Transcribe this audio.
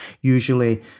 usually